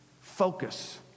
focus